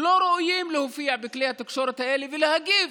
לא ראויים להופיע בכלי התקשורת ולהגיב.